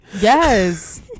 Yes